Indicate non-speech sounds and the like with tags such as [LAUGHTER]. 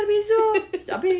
[LAUGHS]